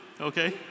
Okay